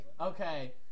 Okay